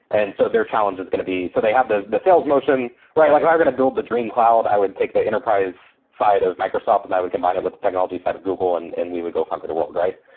and so their challenge is going to be so they have the the sales motion. like if i'm going to build the dream cloud, i would take the enterprise side of microsoft and i would combine it with the technology side of google and and we would go conquer the world, right?